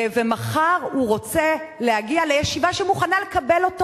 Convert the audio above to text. ומחר הוא רוצה להגיע לישיבה שמוכנה לקבל אותו